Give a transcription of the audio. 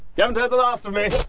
yeah and the last of me!